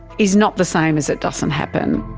is not the same as it doesn't happen.